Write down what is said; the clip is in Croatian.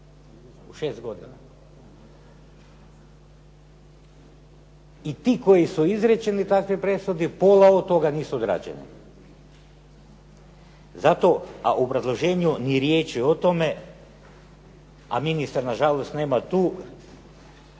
U 6 godina. I ti koji su izrečeni u takvoj presudi pola od toga nisu građani. Zato, a u obrazloženju ni riječi o tome a ministra nažalost nema tu,